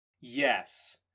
Yes